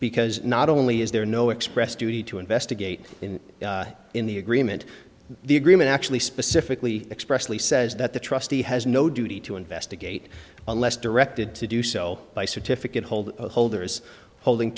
because not only is there no express duty to investigate in the agreement the agreement actually specifically expressly says that the trustee has no duty to investigate unless directed to do so by certificate hold holders holding